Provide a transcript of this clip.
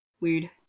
weird